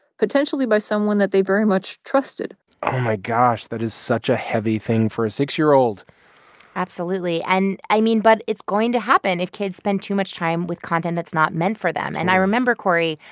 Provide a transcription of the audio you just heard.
potentially, by someone that they very much trusted oh, my gosh. that is such a heavy thing for a six year old absolutely. and, i mean but it's going to happen if kids spend too much time with content that's not meant for them. and i remember, cory,